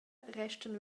restan